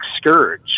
scourge